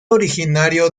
originario